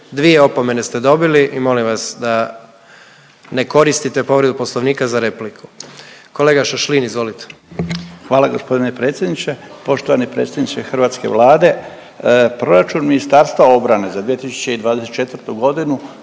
dvije opomene ste dobili i molim vas da ne koristite povredu poslovnika za repliku. Kolega Šašlin, izvolite. **Šašlin, Stipan (HDZ)** Hvala g. predsjedniče. Poštovani predsjedniče hrvatske Vlade, proračun Ministarstva obrane za 2024.g.